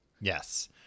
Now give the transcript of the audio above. Yes